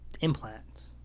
implants